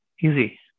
Easy